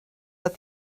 but